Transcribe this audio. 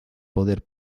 poder